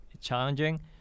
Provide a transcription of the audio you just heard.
challenging